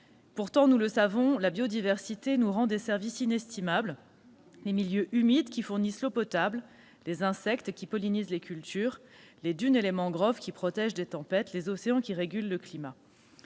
Pourtant, nous le savons, la biodiversité nous rend des services inestimables : les milieux humides nous fournissent l'eau potable, les insectes pollinisent nos cultures, les dunes et les mangroves nous protègent des tempêtes, les océans régulent le climat